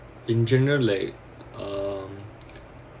in general like um